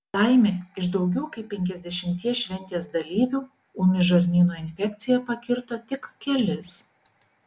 laimė iš daugiau kaip penkiasdešimties šventės dalyvių ūmi žarnyno infekcija pakirto tik kelis